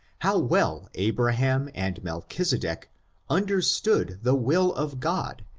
how well abraham and melchisedec under stood the will of god,